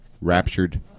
raptured